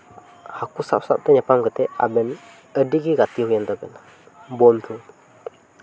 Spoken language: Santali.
ᱦᱟᱹᱠᱩ ᱥᱟᱵ ᱥᱟᱵᱛᱮ ᱧᱟᱯᱟᱢ ᱠᱟᱛᱮ ᱟᱵᱮᱱ ᱟᱹᱰᱤᱜᱮ ᱜᱟᱛᱮ ᱦᱩᱭᱮᱱ ᱛᱟᱵᱮᱱᱟ ᱵᱚᱱᱫᱷᱩ